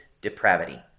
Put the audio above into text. depravity